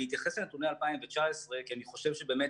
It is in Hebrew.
אני אתייחס לנתוני 2019 כי אני חושב שבאמת